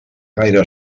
gaire